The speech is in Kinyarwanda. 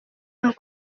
uncle